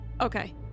Okay